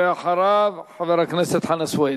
אחריו, חבר הכנסת חנא סוייד.